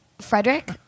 Frederick